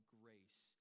grace